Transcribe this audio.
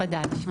חדש,